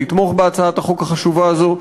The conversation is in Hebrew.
לתמוך בהצעת החוק החשובה הזאת.